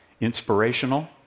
Inspirational